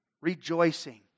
rejoicing